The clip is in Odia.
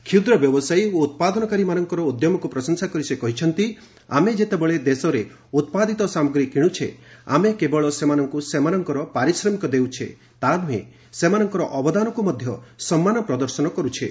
କ୍ଷୁଦ୍ର ବ୍ୟବସାୟୀ ଓ ଉତ୍ପାଦନକାରୀମାନଙ୍କର ଉଦ୍ୟମକୁ ପ୍ରଶଂସା କରି ସେ କହିଛନ୍ତି ଆମେ ଯେତେବେଳେ ଦେଶରେ ଉତ୍ପାଦିତ ସାମଗ୍ରୀ କିଣୁଛେ ଆମେ କେବଳ ସେମାନଙ୍କୁ ସେମାନଙ୍କର ପାରିଶ୍ରମିକ ଦେଉଛେ ତା'ନୁହେଁ ସେମାନଙ୍କର ଅବଦାନକୁ ସମ୍ମାନ ପ୍ରଦାନ କରୁଛେ